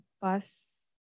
bus